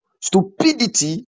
Stupidity